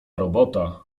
robota